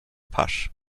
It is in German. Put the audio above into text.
pasch